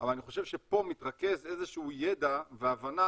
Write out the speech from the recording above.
אבל אני חושב שפה מתרכז איזה שהוא ידע והבנה